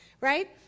right